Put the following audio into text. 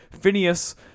Phineas